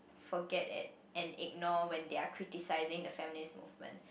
forget at and ignore when they are criticizing the feminist movement